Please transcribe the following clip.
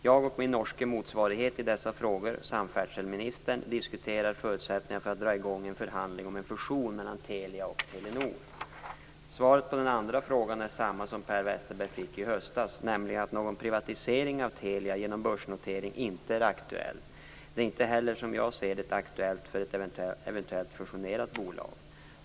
Jag och min norske motsvarighet i dessa frågor, samferdselministern, diskuterar förutsättningarna för att dra i gång en förhandling om en fusion mellan Telia och Telenor. Svaret på den andra frågan är detsamma som Per Westerberg fick i höstas, nämligen att någon privatisering av Telia genom börsnotering inte är aktuell. Som jag ser det är det inte heller aktuellt för ett eventuellt fusionerat bolag.